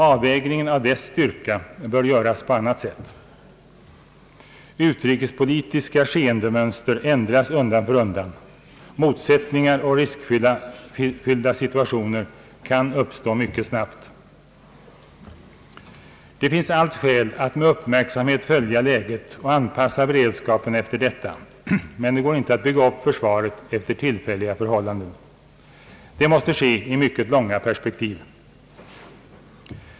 Avvägningen av dess styrka bör göras på annat sätt. Utrikespolitiska skeendemönster ändras undan för undan. Motsättningar och riskfyllda ' situationer kan uppstå mycket snabbt. Det finns allt skäl att med uppmärksamhet följa läget och anpassa beredskapen efter detta, men det går inte att bygga upp försvaret efter tillfälliga förhållanden. Det måste ske i mycket långa perspektiv.